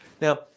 Now